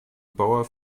bauer